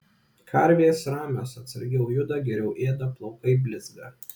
karvės ramios atsargiau juda geriau ėda plaukai blizga